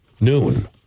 noon